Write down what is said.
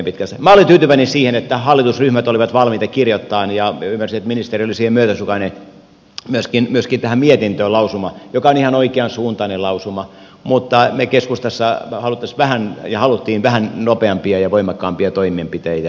minä olen tyytyväinen siihen että hallitusryhmät olivat valmiita kirjoittamaan ja ymmärsin että ministeri oli siihen myötäsukainen myöskin tähän mietintöön lausuman joka on ihan oikeansuuntainen lausuma mutta me keskustassa halusimme vähän nopeampia ja voimakkaampia toimenpiteitä